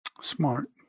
Smart